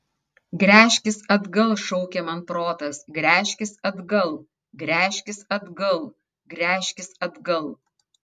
gręžkis atgal šaukė man protas gręžkis atgal gręžkis atgal gręžkis atgal